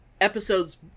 episodes